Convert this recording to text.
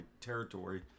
territory